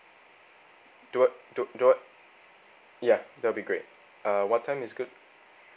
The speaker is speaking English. do I do do I ya that'll be great uh what time is good